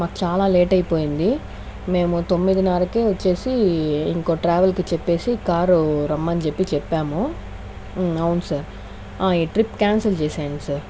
మాకు చాలా లేట్ అయిపోయింది మేము తొమ్మిదున్నరకే వచ్చేసి ఇంకో ట్రావెల్కి చెప్పేసి కార్ రమ్మని చెప్పి చెప్పాము అవును సార్ ఈ ట్రిప్ క్యాన్సల్ చేసేయండి సార్